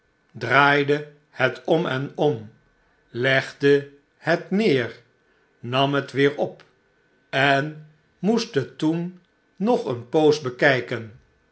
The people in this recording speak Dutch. draaide het om en om legde het neer nam het weer op en moest het toen nog een poos bekijken